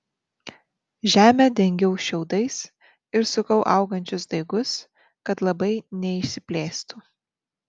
žemę dengiau šiaudais ir sukau augančius daigus kad labai neišsiplėstų